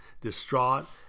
distraught